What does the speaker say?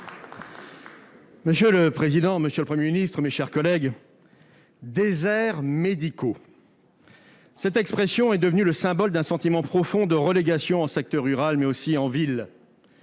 Monsieur le président, monsieur le Premier ministre, mes chers collègues, « déserts médicaux »: cette expression est devenue le symbole d'un sentiment profond de relégation- en secteur rural, mais aussi en ville.